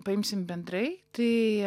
paimsim bendrai tai